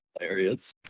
hilarious